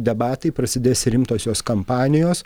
debatai prasidės rimtosios kampanijos